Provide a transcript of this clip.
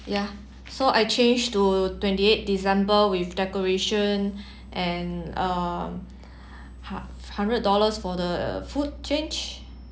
ya so I change to twenty-eight december with decoration and uh hu~ hundred dollars for the food change